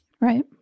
Right